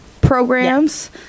programs